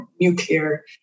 nuclear